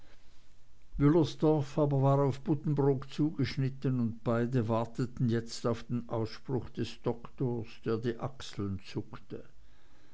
aber war auf buddenbrook zugeschritten und beide warteten jetzt auf den ausspruch des doktors der die achseln zuckte